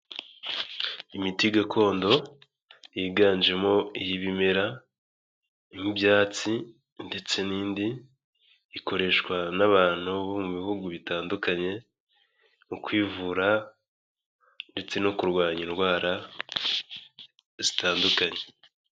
Imiti gakondo yiganjemo iyi bimera nk'ibyatsi ndetse n'indi ikoreshwa n'abantu bo mu bihugu bitandukanye, mu kwivura ndetse no kurwanya indwara zitandukanye.